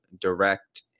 direct